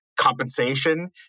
compensation